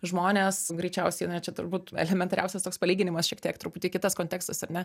žmonės greičiausiai čia turbūt elementariausias toks palyginimas šiek tiek truputį kitas kontekstas ar ne